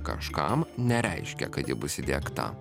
kažkam nereiškia kad ji bus įdiegta